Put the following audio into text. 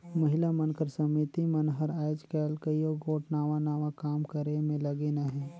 महिला मन कर समिति मन हर आएज काएल कइयो गोट नावा नावा काम करे में लगिन अहें